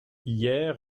hier